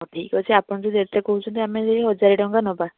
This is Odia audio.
ହଉ ଠିକ୍ଅଛି ଆପଣ ଯଦି ଏତେ କହୁଛନ୍ତି ଆମେ ସେଇ ହଜାରେ ଟଙ୍କା ନେବା